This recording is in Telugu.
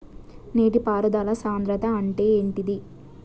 నీటి పారుదల సంద్రతా అంటే ఏంటిది?